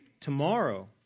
tomorrow